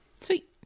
Sweet